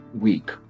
week